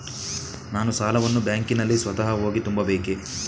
ನಾನು ಸಾಲವನ್ನು ಬ್ಯಾಂಕಿನಲ್ಲಿ ಸ್ವತಃ ಹೋಗಿ ತುಂಬಬೇಕೇ?